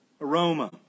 aroma